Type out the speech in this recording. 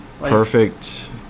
Perfect